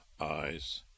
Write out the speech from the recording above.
eyes